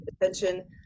attention